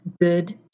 good